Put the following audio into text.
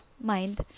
mind